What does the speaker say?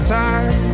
time